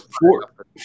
Four